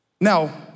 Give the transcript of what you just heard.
Now